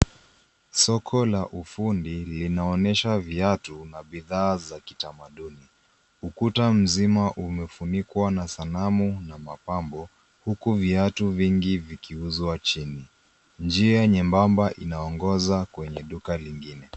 Soko la ufundi linaonyesha viatu na bidhaa za kitamaduni. Ukuta mzima umefunikwa na sanamu na mapambo huku viatu vingi vikiuzwa chini. Njia nyembama inaongoza kwenye duka lingine.